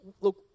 look